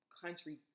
country